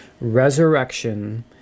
Resurrection